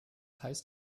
heißt